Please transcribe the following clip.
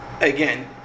again